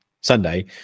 sunday